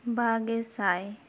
ᱵᱟᱜᱮ ᱥᱟᱭ